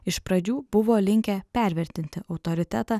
iš pradžių buvo linkę pervertinti autoritetą